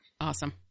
Awesome